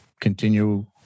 continue